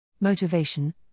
Motivation